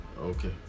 okay